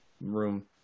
room